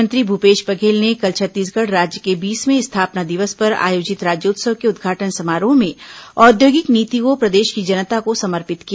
मुख्यमंत्री भूपेश बघेल ने कल छत्तीसगढ़ राज्य के बीसवें स्थापना दिवस पर आयोजित राज्योत्सव के उद्घाटन समारोह में औद्योगिक नीति को प्रदेश की जनता को समर्पित किया